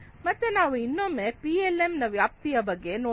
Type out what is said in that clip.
ಮತ್ತೆ ನಾವು ಇನ್ನೊಮ್ಮೆ ಪಿಎಲ್ಎಂ ನ ವ್ಯಾಪ್ತಿಯ ಬಗ್ಗೆ ನೋಡೋಣ